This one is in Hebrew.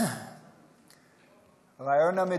חבר הכנסת עמר בר-לב, בבקשה, אדוני.